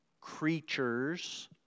creatures